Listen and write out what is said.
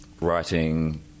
writing